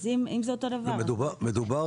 מדובר